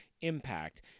impact